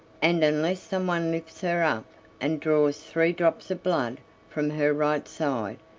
and unless some one lifts her up and draws three drops of blood from her right side,